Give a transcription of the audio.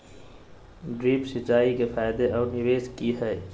Drip सिंचाई के फायदे और निवेस कि हैय?